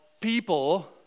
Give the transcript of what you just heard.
people